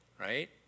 right